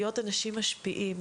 להיות אנשים משפיעים,